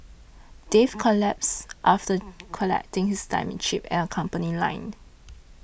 Dave collapsed after collecting his timing chip at our company line